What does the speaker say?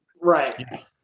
Right